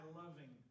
loving